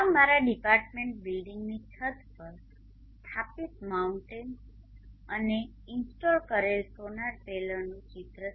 આમારા department બિલ્ડિંગની છતપર સ્થાપિત માઉન્ટ અને ઇન્સ્ટોલ કરેલ સોલાર પેનલનુ ચિત્ર છે